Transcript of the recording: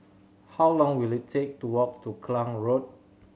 how long will it take to walk to Klang Road